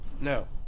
No